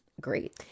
Great